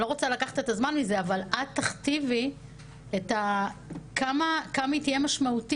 אני לא רוצה לקחת את הזמן אבל את תכתיבי כמה היא תהיה משמעותית,